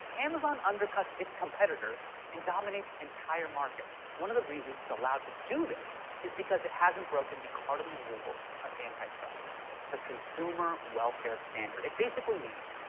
amazon undercuts its competitors and dominates entire markets. one of the reasons it's allowed to do this is because it hasn't broken the cardinal rule of antitrust the consumer welfare standard. it basically means,